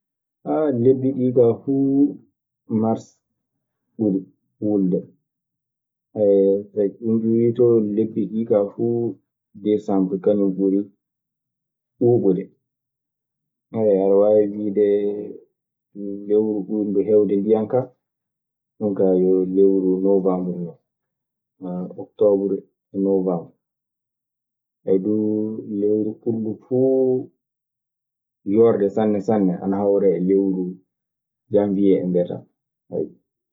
lebbi ɗii kaa fuu, mars ɓuri wulde kaa. so ɗun duu iwii ton, lebbi ɗii kaa fuu, Desembr kañun ɓuri ɓuriɓuuɓude. aɗe waawi wiide lewru ɓurndu heewde ndiyan kaa, ɗun kaa yo lewru noowambr non, oktoobur e noowambur- duu. Lewru ɓurndu fuu yoorde sanne sanne, ana hawra e lewru Sanwiee en mbiyataa.